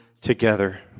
together